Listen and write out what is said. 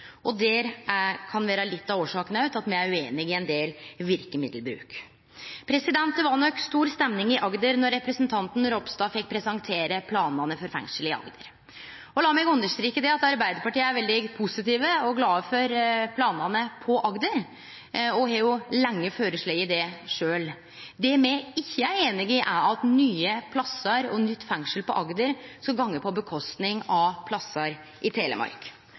kan òg vere litt av årsaka til at me er ueinige i ein del verkemiddelbruk. Det var nok stor stemning i Agder då representanten Ropstad fekk presentere planane for fengsel i Agder. Lat meg understreke at Arbeidarpartiet er veldig positive og glade for planane i Agder – og har jo lenge føreslege det sjølv. Det me ikkje er einige i, er at nye plassar og nytt fengsel i Agder får gå på kostnad av plassar i Telemark.